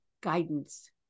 guidance